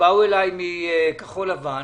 שבאו אליי מכחול לבן